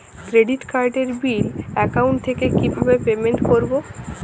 Credit কার্ডের bill account থেকে কিভাবে পেমেন্ট করবো?